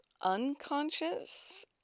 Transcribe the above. unconscious